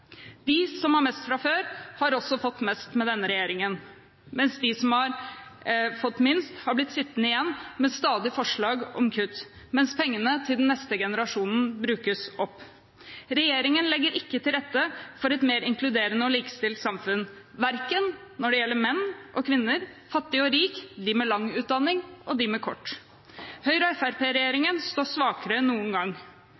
De som har mest fra før, har også fått mest med denne regjeringen, mens de som har fått minst, har blitt sittende igjen med stadige forslag om kutt mens pengene til neste generasjon brukes opp. Regjeringen legger ikke til rette for et mer inkluderende og likestilt samfunn verken når det gjelder menn eller kvinner, fattig eller rik eller de med lang utdanning eller de med kort.